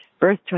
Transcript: Birth